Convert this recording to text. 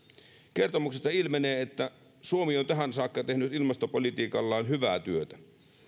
kertomuksesta ilmenee että suomi on tähän saakka tehnyt ilmastopolitiikallaan hyvää työtä